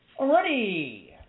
Alrighty